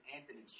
Anthony